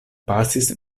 pasis